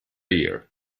year